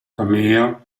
cameo